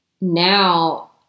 now